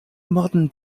modern